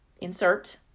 Insert